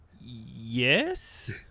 Yes